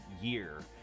year